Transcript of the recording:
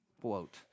quote